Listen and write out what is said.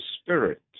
Spirit